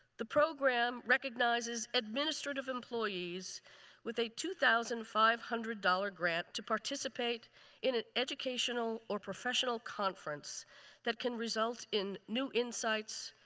the program recognizes administrative employees with a two thousand five hundred dollars grant to participate in an educational or professional conference that can result in new insights,